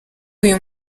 uyu